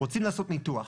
רוצים לעשות ניתוח.